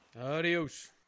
Adios